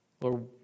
Lord